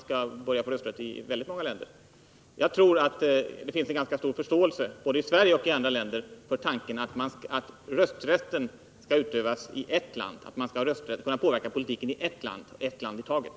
Jag tror, fru talman, att det finns en ganska stor förståelse, både i Sverige och andra länder, för tanken att rösträtten skall utövas i ert land, att man skall kunna påverka politiken i ett land i taget.